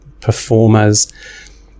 performers